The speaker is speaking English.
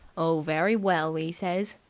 oh, very well e says.